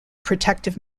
protective